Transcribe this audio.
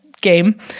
game